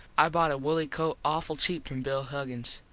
i bought a wooley coat awful cheap from bill huggins.